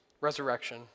resurrection